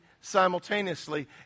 simultaneously